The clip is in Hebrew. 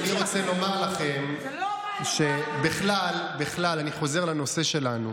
אני רוצה לומר לכם, אני חוזר לנושא שלנו,